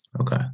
okay